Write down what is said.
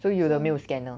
so 有的没有 scanner